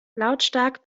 lautstark